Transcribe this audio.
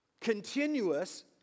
continuous